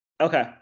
Okay